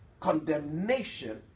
condemnation